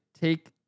take